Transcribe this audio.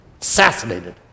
assassinated